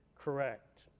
correct